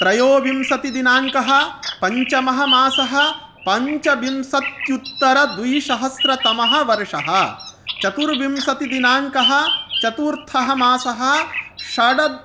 त्रयोविंशतिदिनाङ्कः पञ्चमः मासः पञ्चविंशत्युत्तरद्विसहस्रतमवर्षः चतुर्विंशतिदिनाङ्कः चतुर्थः मासः षड्